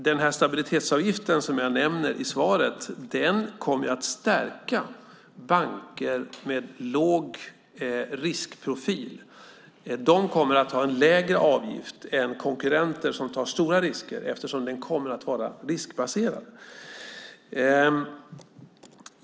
Den här stabilitetsavgiften som jag nämner i svaret kommer att stärka banker med låg riskprofil. De kommer att ha en lägre avgift än konkurrenter som tar stora risker eftersom den kommer att vara riskbaserad.